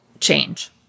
change